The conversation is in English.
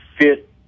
fit